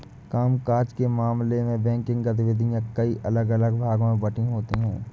काम काज के मामले में बैंकिंग गतिविधियां कई अलग अलग भागों में बंटी होती हैं